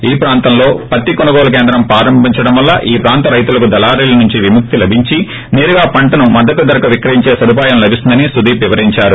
ఈ ప్రాంతంలో పత్తి కొనుగోలు కేంద్రం ప్రారంభించడం వల్ల ఈ ప్రాంతం రైతులకు దళారీల నుంచి విముక్తి లభించి సేరుగా పంటను మద్గతు ధరకు విక్రయించే సదుపాయం లభిస్తుందని సుదీప్ వివరించారు